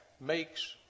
makes